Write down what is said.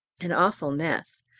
an awful mess,